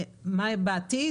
מה יהיה בעתיד,